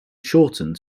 shortened